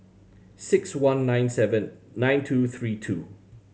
six one nine seven nine two three two